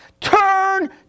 Turn